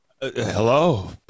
Hello